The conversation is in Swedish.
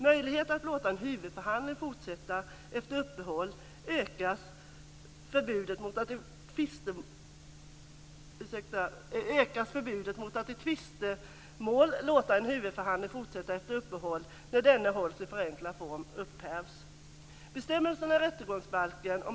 Möjligheter att låta en huvudförhandling fortsätta efter uppehåll ökas. Förbudet mot att i tvistemål låta en huvudförhandling fortsätta efter uppehåll när denna hålls i förenklad form upphävs.